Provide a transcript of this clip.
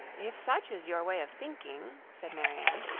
if such is your way of thinking, said marianne,